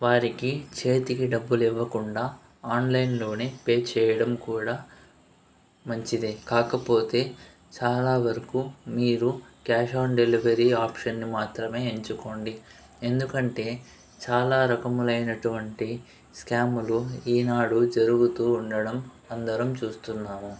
వారికి చేతికి డబ్బులు ఇవ్వకుండా ఆన్లైన్లోనే పే చేయడం కూడా మంచిదే కాకపోతే చాలా వరకు మీరు క్యాష్ ఆన్ డెలివరీ ఆప్షన్ని మాత్రమే ఎంచుకోండి ఎందుకంటే చాలా రకములైనటువంటి స్కాములు ఈనాడు జరుగుతూ ఉండడం అందరం చూస్తున్నాము